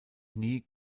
nie